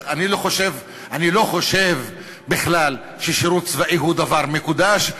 אני לא חושב בכלל ששירות צבאי הוא דבר מקודש.